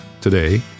Today